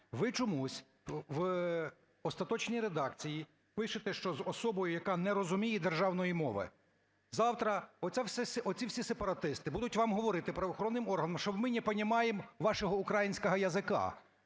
Ви чомусь в остаточній редакції пишете, що з особою, яка не розуміє державної мови… завтра оці всі сепаратисти будуть вам говорити, правоохоронним органам, що: "Мы не понимаем вашего украинского языка".